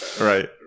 Right